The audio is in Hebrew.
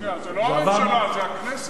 לא הממשלה, הכנסת.